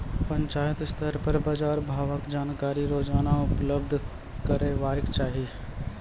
पंचायत स्तर पर बाजार भावक जानकारी रोजाना उपलब्ध करैवाक चाही?